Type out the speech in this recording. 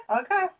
okay